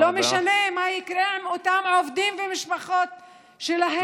ולא משנה מה יקרה עם אותם עובדים והמשפחות שלהם.